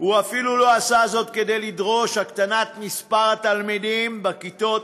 והוא אפילו לא עשה זאת כדי לדרוש הקטנת מספר התלמידים בכיתות